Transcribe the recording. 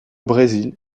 brésil